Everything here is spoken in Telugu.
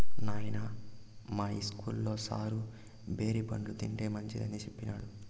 నాయనా, మా ఇస్కూల్లో సారు బేరి పండ్లు తింటే మంచిదని సెప్పినాడు